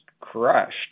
crushed